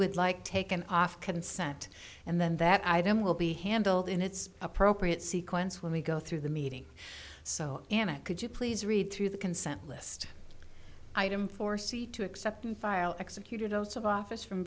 would like taken off consent and then that item will be handled in its appropriate sequence when we go through the meeting so could you please read through the consent list item for c to accept and file executed oaths of office from